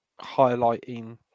highlighting